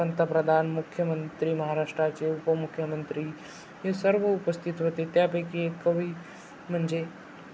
पंतप्रधान मुख्यमंत्री महाराष्ट्राचे उपमुख्यमंत्री हे सर्व उपस्थित होते त्यापैकी एक कवी म्हणजे